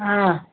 हा